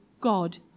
God